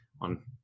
on